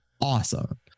Awesome